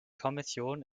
kommission